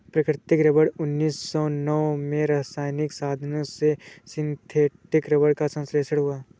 प्राकृतिक रबर उन्नीस सौ नौ में रासायनिक साधनों से सिंथेटिक रबर का संश्लेषण हुआ